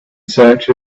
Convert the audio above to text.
search